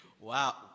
wow